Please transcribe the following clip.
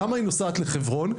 למה לחברון?